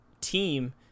team